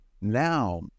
now